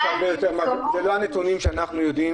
אלה לא הנתונים שאנחנו יודעים.